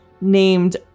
named